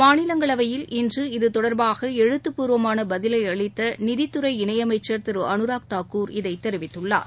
மாநிலங்களவையில் இன்று இதுதொடர்பாக எழுத்துப் பூர்வமான பதிலை அளித்த நிதித்துறை இணையமைச்சர் திரு அனுராக் தாக்கூர் இதைத் தெரிவித்துள்ளார்